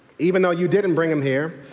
even though you didn't bring them here,